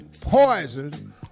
poison